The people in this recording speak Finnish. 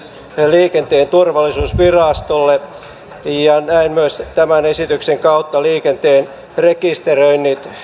liikenteen turvallisuusvirastolle ja näin myös tämän esityksen kautta liikenteen rekisteröinnit